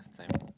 pass time